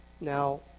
Now